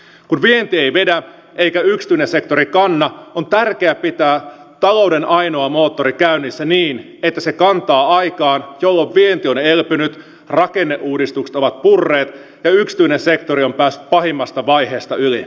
kun vienti ei vedä eikä yksityinen sektori kanna on tärkeää pitää talouden ainoa moottori käynnissä niin että se kantaa aikaan jolloin vienti on elpynyt rakenneuudistukset ovat purreet ja yksityinen sektori on päässyt pahimmasta vaiheesta yli